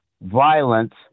violence